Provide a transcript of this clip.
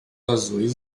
azuis